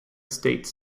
states